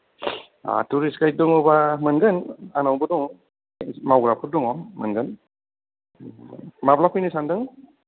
थुरिस गाइद दङबा मोनगोन आंनावबो दङ मावग्राफोर दङ मोनगोन माब्ला फैनो सानदों